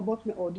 רבות מאוד,